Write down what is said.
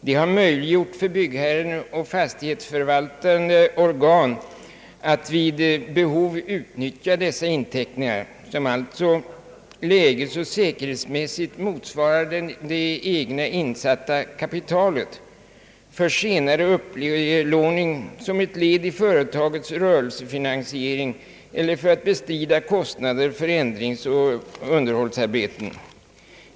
Det har möjliggjort för byggherren och fastighetsförvaltande organ att vid behov utnyttja dessa inteckningar, som alltså lägesoch säkerhetsmässigt motsvarar det egna insatta kapitalet, för senare upplåning som ett led i företagets rörelsefinansiering eller för att bestrida kostnader för ändringsoch underhållsarbeten.